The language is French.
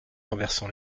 renversant